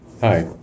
Hi